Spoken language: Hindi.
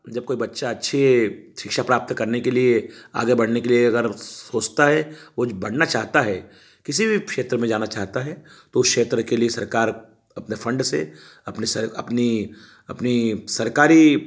जब कोई बच्चा अच्छे शिक्षा प्राप्त करने के लिए आगे बढ़ने के लिए अगर सोचता है वह बढ़ना चाहता है किसी भी क्षेत्र में जाना चाहता है तो उस क्षेत्र के लिए सरकार अपने फंड से अपने सर अपनी अपनी सरकारी